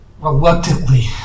reluctantly